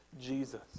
Jesus